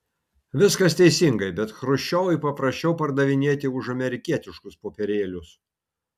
viskas teisingai bet chruščiovui paprasčiau pardavinėti už amerikietiškus popierėlius